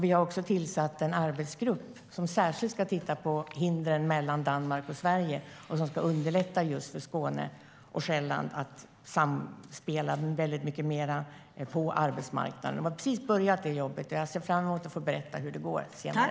Vi har också tillsatt en arbetsgrupp som särskilt ska titta på de hinder som finns mellan Danmark och Sverige för att underlätta för Skåne och Själland att samspela mer på arbetsmarknaden. Vi har precis börjat arbetet, och jag ser fram emot att få berätta hur det går senare.